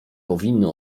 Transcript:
powinny